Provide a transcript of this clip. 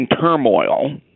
turmoil